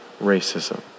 racism